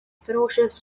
ferocious